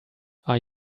are